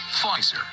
Pfizer